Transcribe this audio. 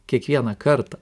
kiekvieną kartą